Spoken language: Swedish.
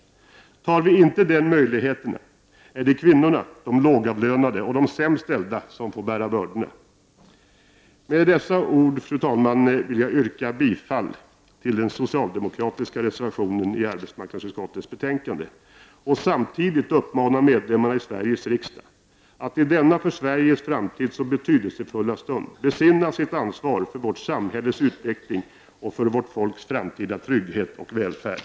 Tar vi inte den möjligheten, är det kvinnorna, de lågavlönade och de sämst ställda som får bära bördorna. Med dessa ord, fru talman, vill jag yrka bifall till den socialdemokratiska reservationen till arbetsmarknadsutskottets betänkande och samtidigt uppmana medlemmarna i Sveriges riksdag att i denna för Sveriges framtid så betydelsefulla stund besinna sitt ansvar för vårt samhälles utveckling och för vårt folks framtida trygghet och välfärd.